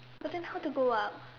but then how to go up